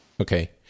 Okay